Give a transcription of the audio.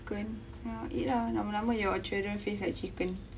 chicken ya eat lah lama-lama your children face like chicken